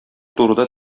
турыда